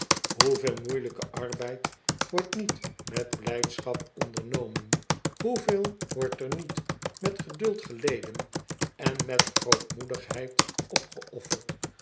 hoeveel moeielijke arbeid wordt niet met blijdschap ondernomen hoeveel wordt er niet met geduld geleden en met grootmoedigheid opgeofiferd